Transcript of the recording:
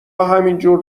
همینجور